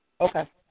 Okay